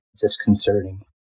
disconcerting